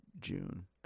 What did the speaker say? June